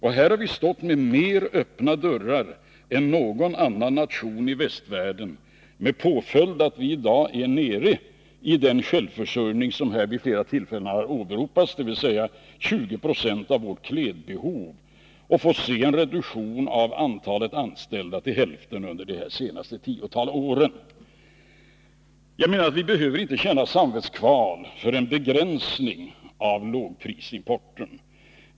Vi har stått med mer öppna dörrar än någon annan nation i västvärlden med påföljden att vi i dag har en så låg självförsörjningsandel som här vid flera tillfällen har åberopats, dvs. 20 90 av vårt klädbehov, och vi har fått se en reduktion av antalet anställda till hälften under de senaste tio åren. Jag menar att vi inte behöver känna samvetskval för en begränsning av lågprisimporten.